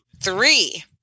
three